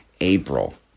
April